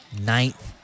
ninth